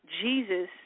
Jesus